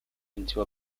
into